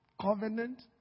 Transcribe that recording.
covenant